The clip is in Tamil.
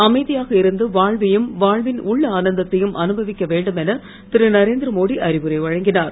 அமைதியாக இருந்து வாழ்வையும் வாழ்வின் உள் ஆனந்தத்தையும் அனுபவிக்க வேண்டும் என திருநரேந்திரமோடி அறிவுரை வழங்கினார்